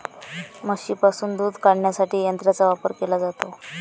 म्हशींपासून दूध काढण्यासाठी यंत्रांचा वापर केला जातो